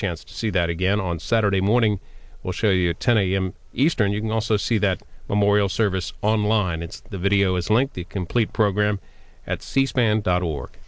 chance to see that again on saturday morning we'll show you a ten a m eastern you can also see that the moral service online it's the video is link the complete program at cspan dot org